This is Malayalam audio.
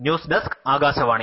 news desk Akashvani